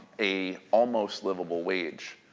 a almost livable wage.